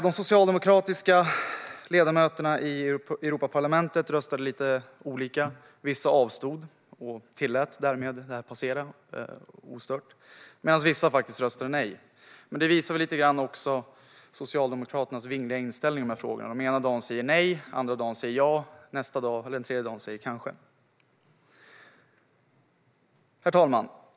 De socialdemokratiska ledamöterna i Europaparlamentet röstade lite olika. Vissa avstod och tillät därmed det här att passera ostört, medan vissa faktiskt röstade nej. Men det visar lite grann också Socialdemokraternas vingliga inställning i de här frågorna. Ena dagen säger de nej, andra dagen ja, tredje dagen kanske. Herr talman!